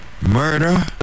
murder